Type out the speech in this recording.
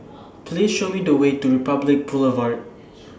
Please Show Me The Way to Republic Boulevard